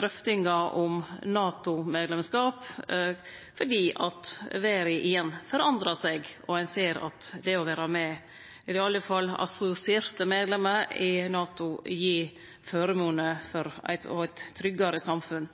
drøftingar om NATO-medlemskap fordi verda igjen forandrar seg og ein ser at det å vere i alle fall assosiert medlem i NATO gir føremoner og eit